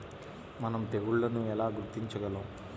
మనం తెగుళ్లను ఎలా గుర్తించగలం?